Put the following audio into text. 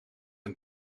een